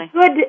good